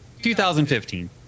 2015